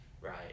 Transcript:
right